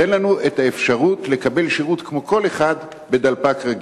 תן לנו את האפשרות לקבל שירות כמו כל אחד בדלפק רגיל,